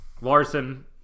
Larson